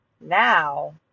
now